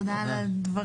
תודה על הדברים.